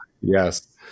Yes